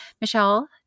michelle